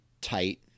tight